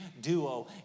duo